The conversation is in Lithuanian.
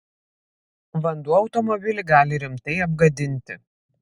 vanduo automobilį gali rimtai apgadinti